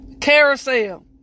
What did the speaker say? Carousel